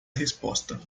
resposta